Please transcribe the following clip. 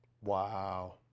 Wow